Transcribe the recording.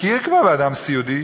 מכיר כבר באדם סיעודי,